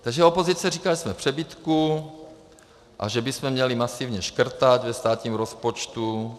Takže opozice říká, že jsme v přebytku a že bychom měli masivně škrtat ve státním rozpočtu.